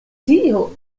tio